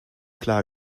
klar